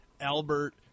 Albert